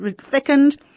thickened